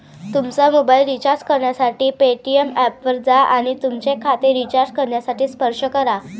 तुमचा mobile recharge करण्यासाठी Paytm ऐपवर जा आणि तुमचे खाते रिचार्ज करण्यासाठी स्पर्श करा